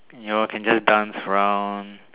you know can just dance around